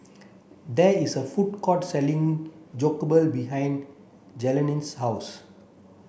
there is a food court selling Jokbal behind Jenelle's house